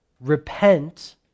repent